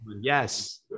Yes